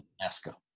Alaska